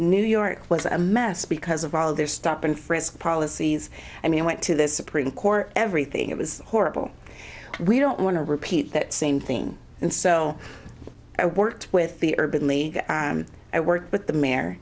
new york was a mess because of all their stop and frisk policies i mean went to the supreme court everything it was horrible we don't want to repeat that same thing and so i worked with the urban league at work but the mayor